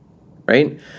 Right